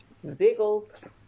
Ziggles